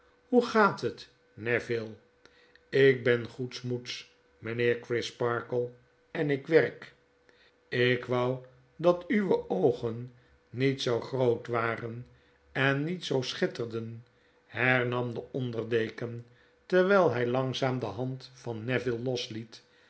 hoe gaat het neville p b lk ben goedsmoeds mynheer crisparkle en ik werk ik wou dat uwe oogen niet zoo groot waren en niet zoo schitterden hernam de onderdeken terwijl hij langzaam de hand van neville losliet